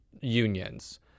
unions